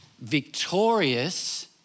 victorious